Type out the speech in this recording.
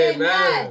Amen